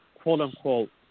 quote-unquote